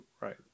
right